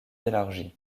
élargit